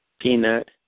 Peanut